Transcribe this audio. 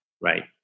Right